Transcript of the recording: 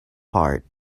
part